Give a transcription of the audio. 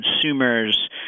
consumers